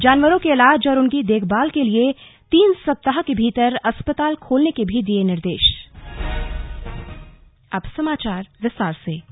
जानवरों के इलाज और उनकी देखभाल के लिए तीन सप्ताह के भीतर अस्पताल खोलने के भी दिए निर्दे